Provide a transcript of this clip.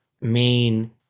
main